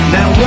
Now